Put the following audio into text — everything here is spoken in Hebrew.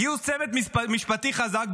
גיוס צוות משפטי חזק,